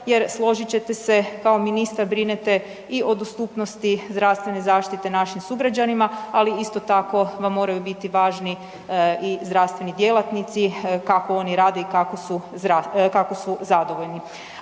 jer složit ćete se, kao ministar brinete i o dostupnosti zdravstvene zaštite našim sugrađanima, ali isto tako vam moraju biti važni i zdravstveni djelatnici, kako oni rade i kako su zadovoljni.